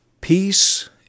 peace